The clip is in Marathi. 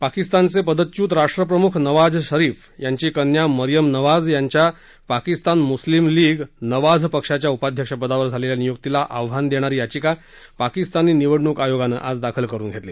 पाकिस्तानचे पदच्युत राष्ट्रप्रमुख नवाझ शरीफ यांची कन्या मरिअम नवाझ यांच्या पाकिस्तान मुस्लीम लीग नवाझ पक्षाच्या उपाध्यक्षपदावर झालेल्या नियुक्तीला आव्हान देणारी याचिका पाकिस्तानी निवडणूक आयोगानं आज दाखल करून घेतली